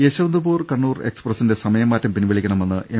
യശ്ചന്ത്പൂർ കണ്ണൂർ എക്സ്പ്രസിന്റെ സമയമാറ്റം പിൻവലിക്കണ മെന്ന് എം